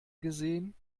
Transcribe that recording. gesehen